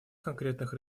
конкретных